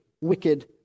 wicked